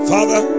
Father